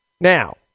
Now